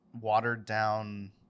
watered-down